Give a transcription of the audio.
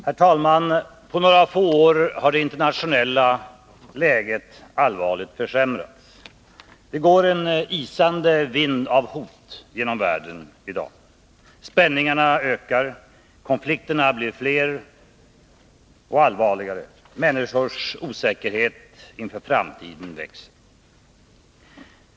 Herr talman! På några få år har det internationella läget allvarligt försämrats. Det går en isande vind av hot genom världen i dag. Spänningarna ökar, konflikterna blir fler och allvarligare. Människors osäkerhet inför framtiden växer.